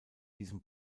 diesem